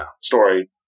story